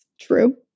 true